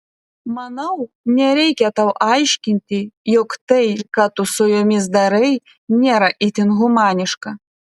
manau nereikia tau aiškinti jog tai ką tu su jomis darai nėra itin humaniška